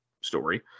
story